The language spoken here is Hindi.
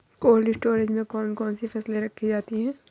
कोल्ड स्टोरेज में कौन कौन सी फसलें रखी जाती हैं?